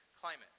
climate